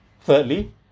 Thirdly